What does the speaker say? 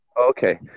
Okay